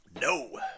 no